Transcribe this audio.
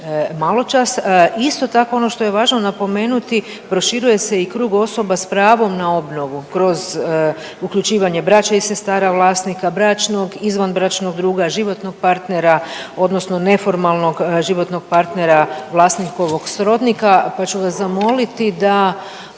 maločas. Isto tako ono što je važno napomenuti, proširuje se i krug osoba s pravom na obnovu kroz uključivanje braće i sestara vlasnika, bračnog, izvanbračnog druga, životnog partnera odnosno neformalnog životnog partnera vlasnikovog srodnika, pa ću vas zamoliti da